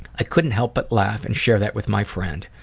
i couldn't help but laugh and share that with my friend.